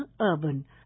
Urban